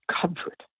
comfort